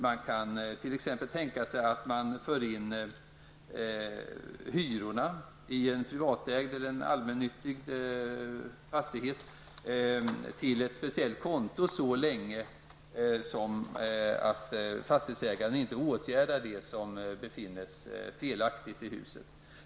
Man kan tänka sig att hyrorna i en privatägd eller allmännyttig fastighet förs in till ett speciellt konto så länge fastighetsägaren inte åtgärdar det som befinnes vara felaktigt i huset.